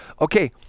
Okay